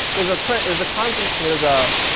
there's a trend, there's a constant, there's a,